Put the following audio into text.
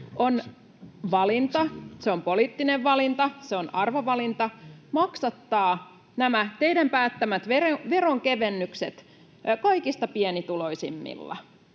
On valinta — se on poliittinen valinta, se on arvovalinta — maksattaa nämä teidän päättämänne veronkevennykset kaikista pienituloisimmilla.